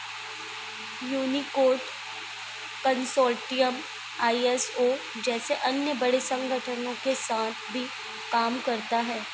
Unicode consortium I S O जैसे अन्य बड़े संगठनों के साथ भी काम करता है